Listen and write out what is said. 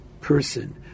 person